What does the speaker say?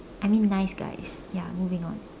I mean nice guys ya moving on